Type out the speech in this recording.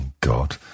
God